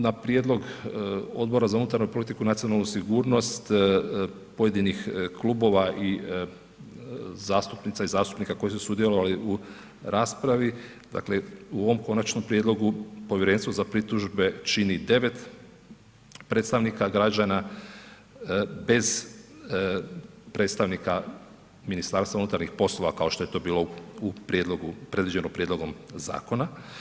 Na prijedlog Odbora za unutarnju politiku i nacionalnu sigurnost pojedinih klubova i zastupnica i zastupnika koji su sudjelovali u raspravi, dakle u ovom Konačnom prijedlogu Povjerenstvo za pritužbe čini 9 predstavnika građana bez predstavnika MUP-a kao što je to bilo predviđeno prijedlogom zakona.